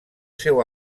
seu